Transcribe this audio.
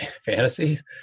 fantasy